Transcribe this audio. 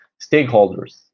Stakeholders